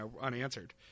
unanswered